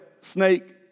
snake